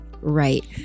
right